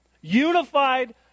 Unified